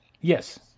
Yes